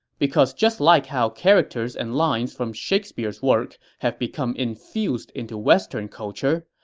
because just like how characters and lines from shakespeare's work have become infused into western culture,